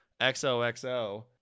XOXO